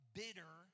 bitter